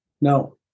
No